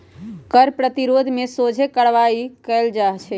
कर प्रतिरोध में सोझे कार्यवाही कएल जाइ छइ